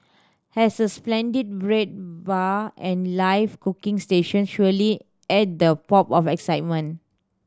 as a splendid bread bar and live cooking stations surely add the pop of excitement